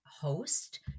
host